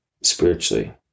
spiritually